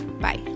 Bye